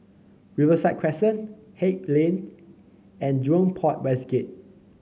Riverside Crescent Haig Lane and Jurong Port West Gate